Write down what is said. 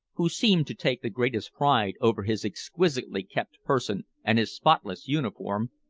who seemed to take the greatest pride over his exquisitely kept person and his spotless uniform,